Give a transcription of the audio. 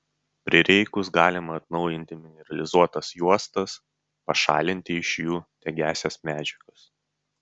prireikus galima atnaujinti mineralizuotas juostas pašalinti iš jų degiąsias medžiagas